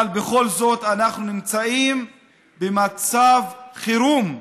אבל בכל זאת אנחנו נמצאים במצב חירום.